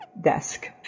desk